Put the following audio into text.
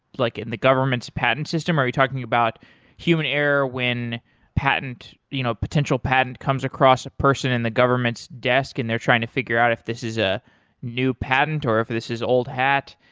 like in the government's patent system? are you talking about human error when patent, you know potential patent comes across a person in the government's desk and they're trying to figure out if this is a new patent or if this is old hat?